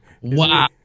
Wow